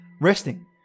resting